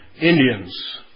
Indians